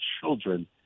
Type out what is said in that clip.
children